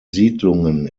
siedlungen